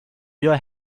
your